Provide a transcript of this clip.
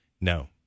No